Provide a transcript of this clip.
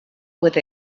with